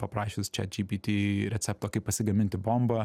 paprašius chatgpt recepto kaip pasigaminti bombą